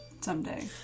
someday